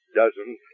dozens